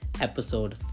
episode